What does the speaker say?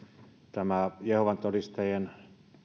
tämä jehovan todistajien